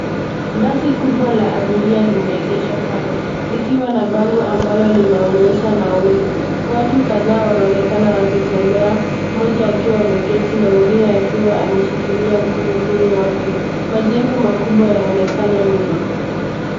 Basi kubwa la abiria limeegeshwa kando, likiwa na bango ambalo linaunyesha nauli. Watu kadhaa wanaonekana wakitembea, mmoja akiwa ameketi na mwingine akiwa ameshikila mkokoteni wake. Majengo makubwa yanaonekana nyuma.